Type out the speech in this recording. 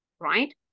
right